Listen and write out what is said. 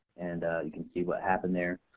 and you can see what happened there.